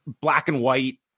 black-and-white